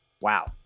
wow